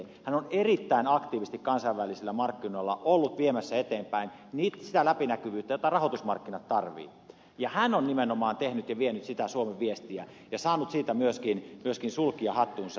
hän on erittäin aktiivisesti kansainvälisillä markkinoilla ollut viemässä eteenpäin sitä läpinäkyvyyttä jota rahoitusmarkkinat tarvitsevat ja hän on nimenomaan tehnyt ja vienyt sitä suomen viestiä ja saanut siitä myöskin sulkia hattuunsa